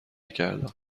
کردم